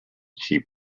she